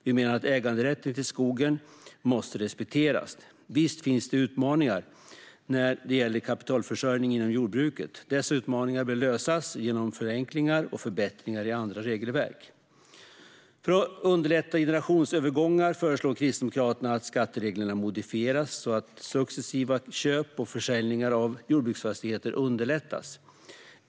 Vi menar att äganderätten till skogen måste respekteras. Visst finns det utmaningar när det gäller kapitalförsörjning inom jordbruket, men dessa utmaningar bör lösas genom förenklingar och förbättringar i andra regelverk. För att underlätta generationsövergångar föreslår Kristdemokraterna att skattereglerna modifieras så att successiva köp och försäljningar av jordbruksfastigheter underlättas.